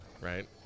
right